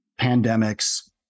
pandemics